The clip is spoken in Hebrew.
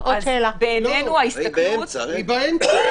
אז נביא את זה.